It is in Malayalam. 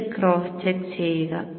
ഇത് ക്രോസ് ചെക്ക് ചെയ്യുക